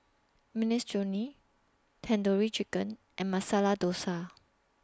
Minestrone Tandoori Chicken and Masala Dosa